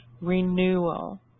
renewal